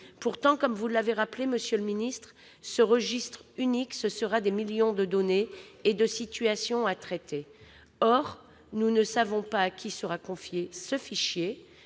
Pourtant, comme vous l'avez rappelé, monsieur le ministre, ce registre unique, ce sera « des millions de données et de situations à traiter ». Or nous ne savons pas à qui il sera confié. Que